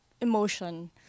emotion